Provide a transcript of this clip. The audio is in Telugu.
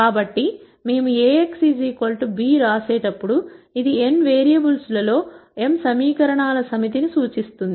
కాబట్టి మేము Ax b వ్రాసేటప్పుడు ఇది n వేరియబుల్స్లో m సమీకరణాల సమితి ని సూచిస్తుంది